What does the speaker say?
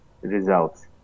results